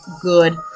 good